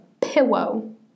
pillow